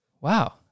wow